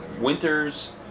winters